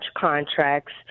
contracts